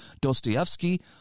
Dostoevsky